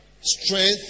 Strength